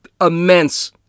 immense